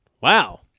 Wow